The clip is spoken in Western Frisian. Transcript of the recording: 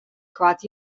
koart